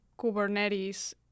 Kubernetes